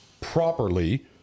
properly